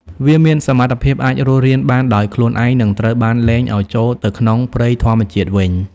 វាមានសមត្ថភាពអាចរស់រានបានដោយខ្លួនឯង និងត្រូវបានលែងឱ្យចូលទៅក្នុងព្រៃធម្មជាតិវិញ។